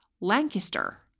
Lancaster